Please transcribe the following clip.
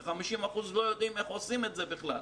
כי 50% לא יודעים איך עושים את זה בכלל.